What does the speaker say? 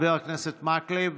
חבר הכנסת מקלב,